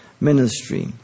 ministry